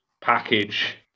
package